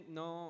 no